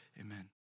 amen